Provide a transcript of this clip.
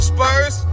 Spurs